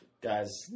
Guy's